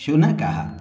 शुनकः